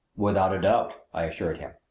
without a doubt, i assured him.